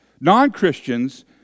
Non-Christians